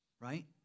right